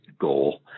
goal